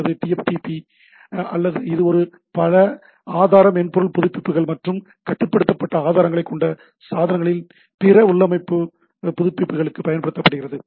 அல்லது TFTP இது பல ஆதார மென்பொருள் புதுப்பிப்புகள் மற்றும் கட்டுப்படுத்தப்பட்ட ஆதாரங்களைக் கொண்ட சாதனங்களில் பிற உள்ளமைவு புதுப்பிப்புகளுக்குப் பயன்படுத்தப்படுகிறது